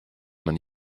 man